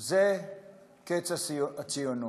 זה קץ הציונות.